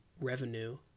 revenue